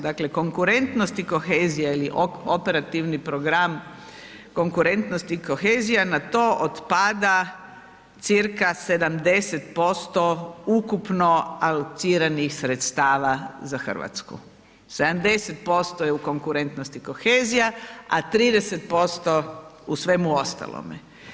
Dakle konkurentnost i kohezija ili operativni program konkurentnost i kohezija na to otpada cca. 70% ukupno alociranih sredstava za Hrvatsku, 79% je u konkurentnost i kohezija a 30% u svemu ostalome.